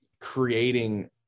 creating